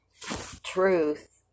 truth